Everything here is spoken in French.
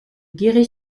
guéret